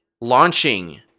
launching